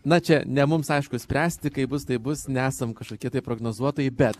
na čia ne mums aišku spręsti kaip bus taip bus nesam kažkokie taip prognozuotojai bet